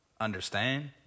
understand